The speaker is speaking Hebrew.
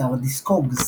באתר Discogs